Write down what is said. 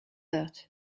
that